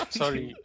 sorry